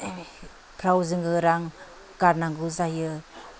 जोङो रां गारनांगौ जायो